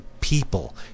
people